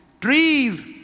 Trees